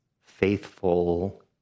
faithful